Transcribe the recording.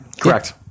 Correct